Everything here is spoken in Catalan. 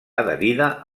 adherida